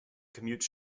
commute